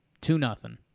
Two-nothing